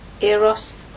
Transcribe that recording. Eros